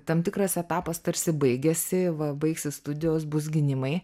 tam tikras etapas tarsi baigiasi va baigsis studijos bus gynimai